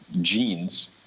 genes